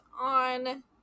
on